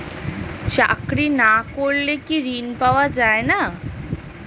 চাকরি না করলে কি ঋণ পাওয়া যায় না?